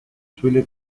suele